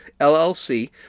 LLC